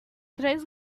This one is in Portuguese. três